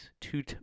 two